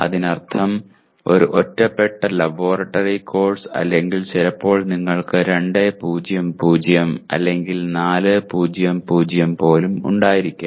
അതിനർത്ഥം ഒരു ഒറ്റപ്പെട്ട ലബോറട്ടറി കോഴ്സ് അല്ലെങ്കിൽ ചിലപ്പോൾ നിങ്ങൾക്ക് 2 0 0 അല്ലെങ്കിൽ 4 0 0 പോലും ഉണ്ടായിരിക്കാം